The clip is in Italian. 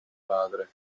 padre